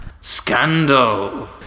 Scandal